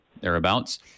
thereabouts